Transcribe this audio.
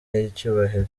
y’icyubahiro